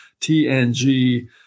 TNG